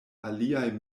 aliaj